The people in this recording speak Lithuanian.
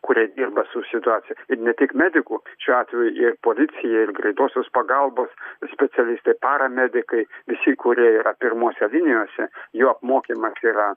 kurie dirba su situacija ir ne tik medikų šiuo atveju ir policija ir greitosios pagalbos specialistai paramedikai visi kurie yra pirmose linijose jo mokymas yra